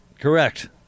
Correct